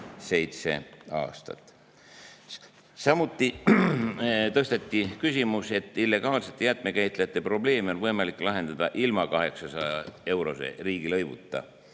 aastat. Samuti [avaldati arvamust], et illegaalsete jäätmekäitlejate probleemi on võimalik lahendada ilma 800‑eurose riigilõivuta.